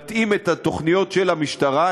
מתאים את התוכניות של המשטרה,